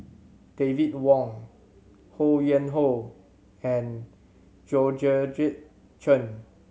David Wong Ho Yuen Hoe and Georgette Chen